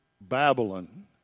Babylon